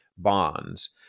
bonds